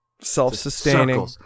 Self-sustaining